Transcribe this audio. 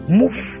move